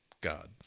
God